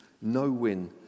no-win